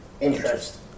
interest